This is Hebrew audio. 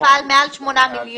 הוא פעל מעל 8 מיליון.